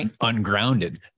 ungrounded